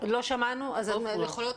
אז תני לי מספר אחר.